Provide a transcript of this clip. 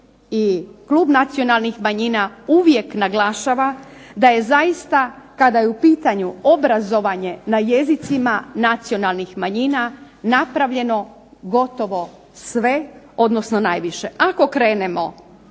Klub nacionalnih manjina uvijek naglašava, da je zaista kada je u pitanju obrazovanje na jezicima nacionalnih manjina, napravljeno gotovo sve, odnosno najviše. Ako krenemo